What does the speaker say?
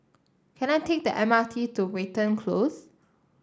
can I take the M R T to Watten Close